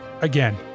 Again